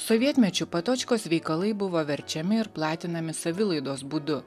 sovietmečiu patočkos veikalai buvo verčiami ir platinami savilaidos būdu